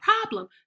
problem